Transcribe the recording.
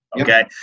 Okay